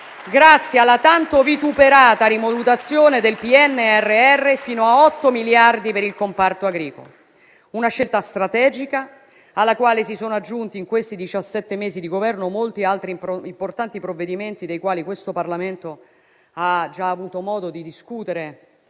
grazie alla tanto vituperata rimodulazione del PNRR, fino a otto miliardi per il comparto agricolo. Si tratta di una scelta strategica, alla quale si sono aggiunti in questi diciassette mesi di Governo molti altri importanti provvedimenti, dei quali questo Parlamento ha già avuto modo di discutere